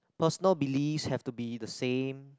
personal beliefs have to be the same